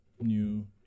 new